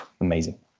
amazing